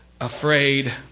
afraid